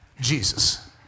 Jesus